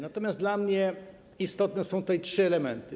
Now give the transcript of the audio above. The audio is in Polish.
Natomiast dla mnie istotne są tutaj trzy elementy.